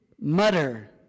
mutter